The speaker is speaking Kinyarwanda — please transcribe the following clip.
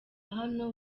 hano